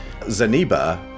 Zaniba